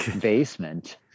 basement